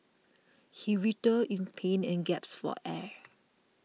he writhed in pain and gasped for air